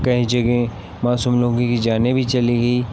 कई जगह मासूम लोगों की जानें भी चली गई